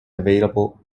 available